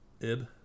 Id